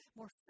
more